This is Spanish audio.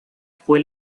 fue